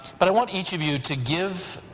but i want each of you to give